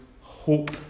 hope